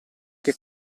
che